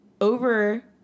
over